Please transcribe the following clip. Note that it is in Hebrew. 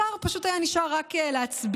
לשר פשוט היה נשאר רק להצביע,